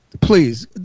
please